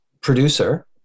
producer